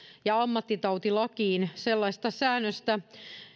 ja ammattitautilakiin sellaista säännöstä